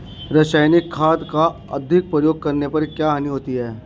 रासायनिक खाद का अधिक प्रयोग करने पर क्या हानि होती है?